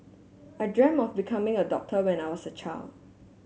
I dreamt of becoming a doctor when I was a child